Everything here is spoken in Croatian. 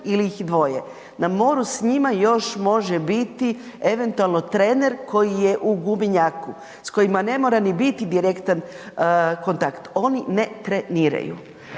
ili ih je dvoje. Na moru s njima još može biti eventualno trener koji je u gumenjaku, s kojima ne mora ni biti direktan kontakt. Oni ne treniraju.